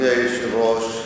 אדוני היושב-ראש,